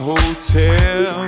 Hotel